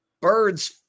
birds